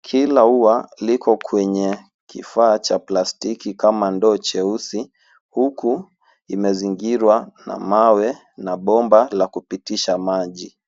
Kila ua liko kwenye kifaa cha plastiki kama ndoo jeusi huku imezingiriwa na mawe na bomba la kupitisha maji.